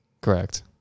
correct